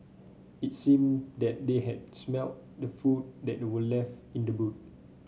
it seemed that they had smelt the food that were left in the boot